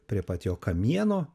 prie pat jo kamieno